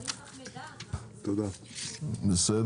אוקיי.